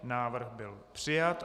Návrh byl přijat.